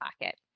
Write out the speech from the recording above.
pocket